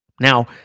Now